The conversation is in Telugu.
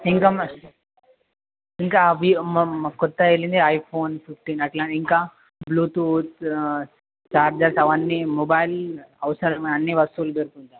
ఇంకా మరి ఇంకా వి మ మ కొత్త వెళ్ళినాయీ ఐ ఫోన్స్ ఫిఫ్టీన్ అట్లా ఇంకా బ్లూటూత్ ఛార్జర్స్ అవ్వన్ని మొబైల్ అవసరమైనా అన్ని వస్తువులు దొరుకును సార్